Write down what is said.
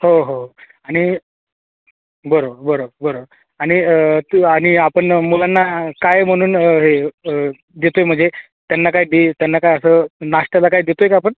हो हो आणि बरोबर बरोबर बरोबर आणि ते आणि आपण मुलांना काय म्हणून हे देतो आहे म्हणजे त्यांना काय दे त्यांना काय असं नाष्ट्याला काय देतो आहे का आपण